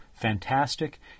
fantastic